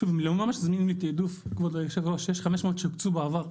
יש עוד 500 שהוקצו בעבר,